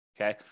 okay